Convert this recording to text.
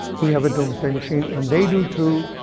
we have a doomsday machine. and they do, too.